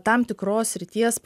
tam tikros srities